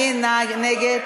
מי נגד?